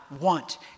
want